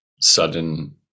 sudden